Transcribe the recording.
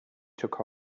took